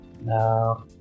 No